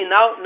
Now